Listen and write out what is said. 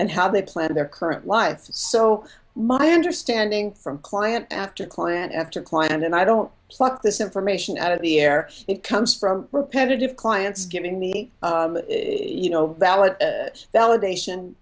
and how they plan their current life so my understanding from client after client after client and i don't pluck this information out of the air it comes from repetitive clients giving me you know valid validation